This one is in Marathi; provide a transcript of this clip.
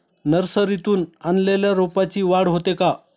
नर्सरीतून आणलेल्या रोपाची वाढ होते का?